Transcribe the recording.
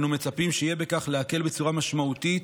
אנו מצפים שיהיה בכך להקל בצורה משמעותית